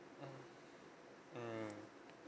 mmhmm mmhmm